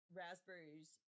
raspberries